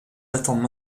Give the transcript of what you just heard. attendent